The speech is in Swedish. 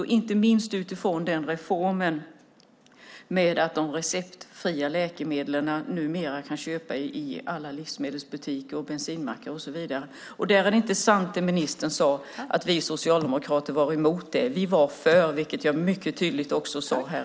Det gäller inte minst utifrån reformen att de receptfria läkemedlen numera kan köpas i alla livsmedelsbutiker, bensinsmackar och så vidare. Det är inte sant det ministern sade om att vi socialdemokrater var emot det. Vi var för, vilket jag också mycket tydligt sade här.